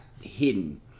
hidden